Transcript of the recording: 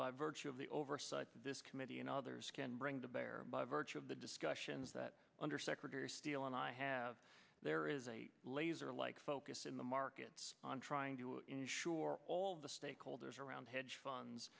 by virtue of the oversight this committee and others can bring to bear by virtue of the discussions that undersecretary steele and i have there is a laser like focus in the market on trying to ensure all the stakeholders around hedge funds